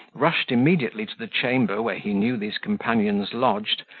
rushed immediately to the chamber where he knew these companions lodged,